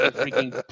freaking